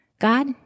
God